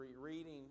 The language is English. reading